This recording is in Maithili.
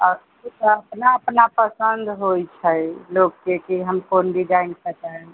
आ सभके अपना अपना पसन्द होइत छै लोकके कि हम कोन डिजाइन कटायब